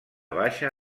baixa